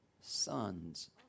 sons